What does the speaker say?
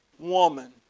Woman